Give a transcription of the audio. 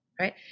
right